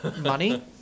money